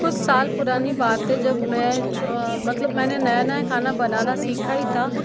कुछ साल पुरानी बातें जब मैं मतलब मैंने नया नया खाना बनाना सीखा ही था तो